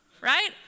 right